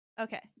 Okay